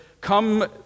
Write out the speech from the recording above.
come